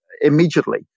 immediately